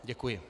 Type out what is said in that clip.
Děkuji.